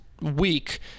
week